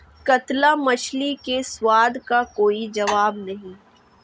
कतला मछली के स्वाद का कोई जवाब नहीं